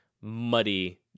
muddy